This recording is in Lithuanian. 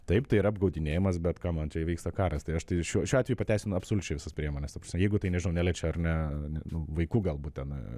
taip tai yra apgaudinėjimas bet kamon čia vyksta karas tai aš tai šiuo šiuo atveju pateisinu absoliučiai visas priemones jeigu tai nežinau neliečia ar ne ne vaikų galbūt ten